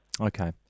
Okay